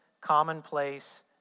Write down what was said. commonplace